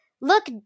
Look